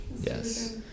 Yes